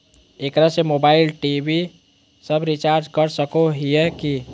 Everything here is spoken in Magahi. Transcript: एकरा से मोबाइल टी.वी सब रिचार्ज कर सको हियै की?